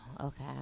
okay